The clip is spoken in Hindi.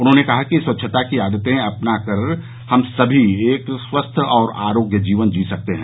उन्होंने कहा कि स्वच्छता की आदतें अपना कर हम सभी एक स्वस्थ और आरोग्य जीवन जी सकते हैं